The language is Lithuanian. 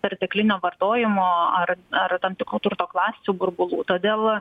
perteklinio vartojimo ar ar tam tikrų turto klasių burbulų todėl